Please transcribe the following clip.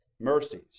mercies